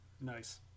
nice